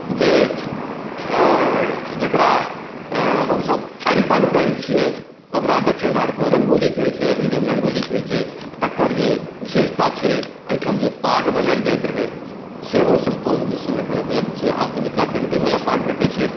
जे जकरा हमसभ अरिपन कहैत छियै ओकरा दक्षिण भारतमे रंगोली कहैत छै हिन्दीमे रंगोली कहैत छै तकर जे विशेषता छै एहिठाम जे पाग बनाएल जाइत रहै सेहो सम्पूर्ण विश्वमे एखन उपलब्ध छै आब तऽ मिथिला पेन्टिंगवला पाग भेटैत छै